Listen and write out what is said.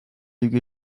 lüge